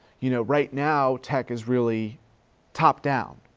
you know, right now tech is really top-down.